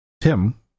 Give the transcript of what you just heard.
Tim